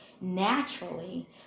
naturally